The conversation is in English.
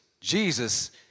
Jesus